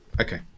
Okay